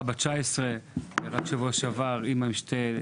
רק אתמול בלילה, נערה בת 19 ובשבוע שעבר אמא ל-2.